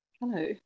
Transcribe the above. Hello